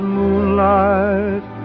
moonlight